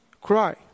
cry